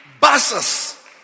buses